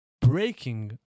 breaking